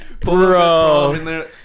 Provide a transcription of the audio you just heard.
Bro